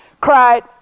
cried